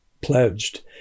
pledged